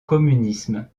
communisme